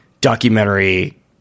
documentary